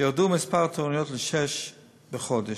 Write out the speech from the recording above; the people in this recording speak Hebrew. ירד מספר התורנויות לשש בחודש,